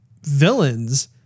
Villains